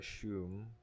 assume